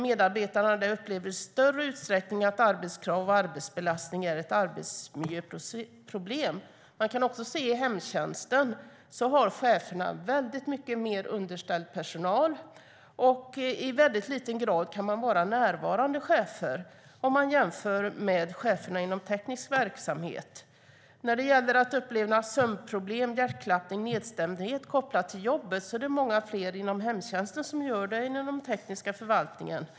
Medarbetarna upplever i större utsträckning att arbetskrav och arbetsbelastning är ett arbetsmiljöproblem. Man kan också se att cheferna i hemtjänsten har mycket mer underställd personal och att de i liten grad kan vara närvarande chefer om man jämför med cheferna inom teknisk verksamhet. Det är många fler inom hemtjänsten än inom den tekniska förvaltningen som upplever sömnproblem, hjärtklappning och nedstämdhet kopplade till jobbet.